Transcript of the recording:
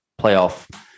playoff